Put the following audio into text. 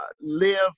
live